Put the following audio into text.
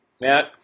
Matt